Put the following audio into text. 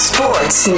Sports